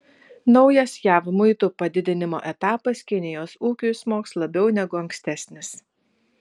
naujas jav muitų padidinimo etapas kinijos ūkiui smogs labiau negu ankstesnis